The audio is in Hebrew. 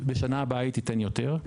בשנה הבאה היא תיתן יותר,